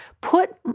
put